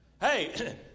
Hey